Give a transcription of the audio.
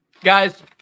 Guys